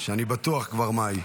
שאני בטוח כבר מה היא.